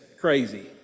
crazy